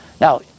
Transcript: now